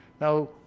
Now